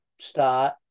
start